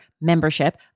membership